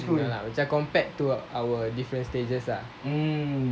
which are compared to our different stages lah